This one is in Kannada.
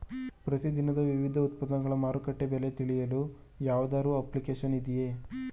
ಪ್ರತಿ ದಿನದ ವಿವಿಧ ಉತ್ಪನ್ನಗಳ ಮಾರುಕಟ್ಟೆ ಬೆಲೆ ತಿಳಿಯಲು ಯಾವುದಾದರು ಅಪ್ಲಿಕೇಶನ್ ಇದೆಯೇ?